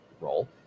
role